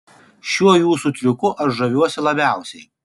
šiuo jūsų triuku aš žaviuosi labiausiai